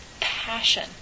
passion